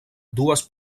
dues